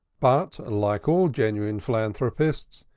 but, like all genuine philanthropists,